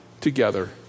together